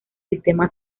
sistema